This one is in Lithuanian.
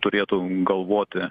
turėtų galvoti